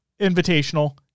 Invitational